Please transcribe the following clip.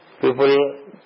people